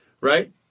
right